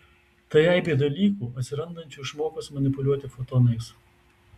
tai aibė dalykų atsirandančių išmokus manipuliuoti fotonais